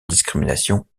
discrimination